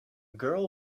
girl